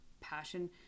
passion